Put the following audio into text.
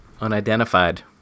Unidentified